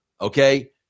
okay